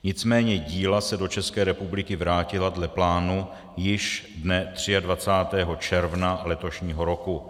Nicméně díla se do České republiky vrátila dle plánu již dne 23. června letošního roku.